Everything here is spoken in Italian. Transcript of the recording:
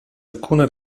alcuna